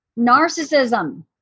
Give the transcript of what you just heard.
narcissism